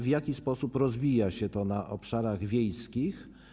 W jaki sposób rozwija się to na obszarach wiejskich?